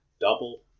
double